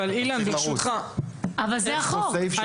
אבל זהו החוק.